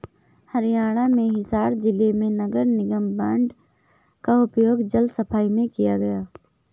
हरियाणा में हिसार जिले में नगर निगम बॉन्ड का उपयोग जल सफाई में किया गया